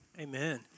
Amen